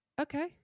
okay